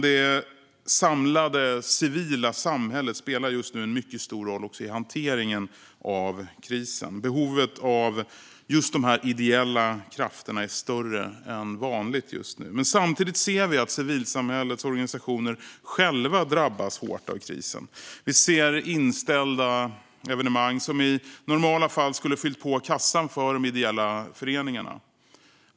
Det samlade civila samhället spelar just nu en mycket stor roll också i hanteringen av krisen. Behovet av just de här ideella krafterna är större än vanligt. Samtidigt ser vi att civilsamhällets organisationer själva drabbas hårt av krisen. Vi ser inställda evenemang som i normala fall skulle fyllt på kassan för de ideella föreningarna.